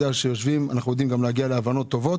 כשיושבים אנו יודעים גם להגיע להבנות טובות